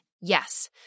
yes